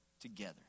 together